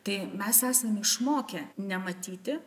tai mes esame išmokę nematyti